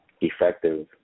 effective